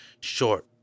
short